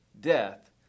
Death